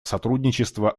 сотрудничества